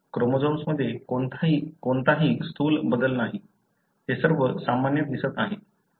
क्रोमोझोम्समध्ये कोणताही स्थूल बदल नाही ते सर्व सामान्य दिसत आहेत